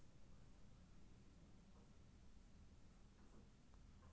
लाभार्थी के mobile number, राशि आ ओकर एम.एम.आई.डी दर्ज करू आ पैसा भेज दियौ